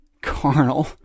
carnal